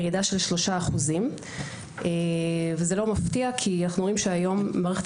ירידה של 3%. זה לא מפתיע כי אנחנו רואים שהיום מערכת